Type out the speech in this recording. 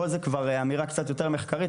פה זו כבר אמירה קצת יותר מחקרית,